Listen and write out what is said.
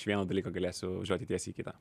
iš vieno dalyko galėsiu važiuoti tiesiai į kitą